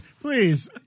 Please